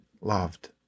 loved